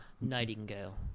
Nightingale